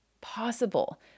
possible